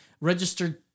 registered